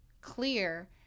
clear